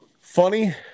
Funny